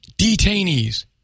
detainees